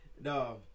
no